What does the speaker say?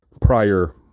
prior